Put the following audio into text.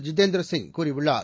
ஜிதேந்திர சிங் கூறியுள்ளார்